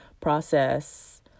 process